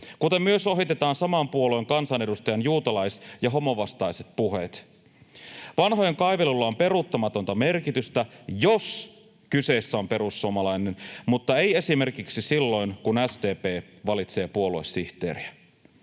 kuten myös ohitetaan saman puolueen kansanedustajan juutalais- ja homovastaiset puheet. Vanhojen kaivelulla on peruuttamatonta merkitystä, jos kyseessä on perussuomalainen, mutta ei esimerkiksi silloin, kun SDP valitsee puoluesihteeriä.